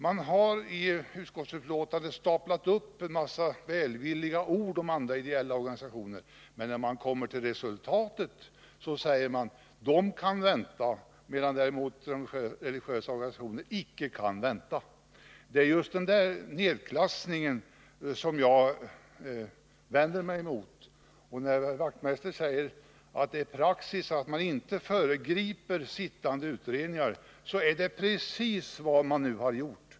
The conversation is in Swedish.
Man här i utskottsbetänkandet staplat upp en mängd välvilliga ord om andra ideella organisationer, men när man kommer fram till resultatet säger man att dessa kan vänta, medan man däremot tycker att de religiösa organisationerna icke kan vänta. Det är just den här nedklassningen som jag vänder mig mot. Herr Wachtmeister säger att det är praxis att inte föregripa sittande utredningar, men det är ju precis vad man nu har gjort.